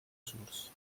source